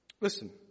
Listen